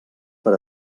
per